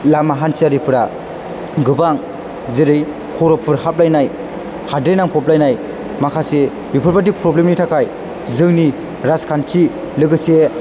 लामा हान्थियारिपोरा गोबां जेरै खर' फुरहाबलायनाय हाद्रि नांफबलायनाय माखासे बेफोरबादि प्रब्लेमनि थाखाय जोंनि राजाखान्थि लोगोसे